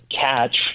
catch